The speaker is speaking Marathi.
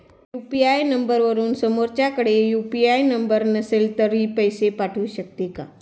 यु.पी.आय नंबरवरून समोरच्याकडे यु.पी.आय नंबर नसेल तरी पैसे पाठवू शकते का?